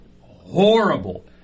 horrible